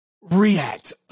React